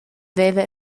veva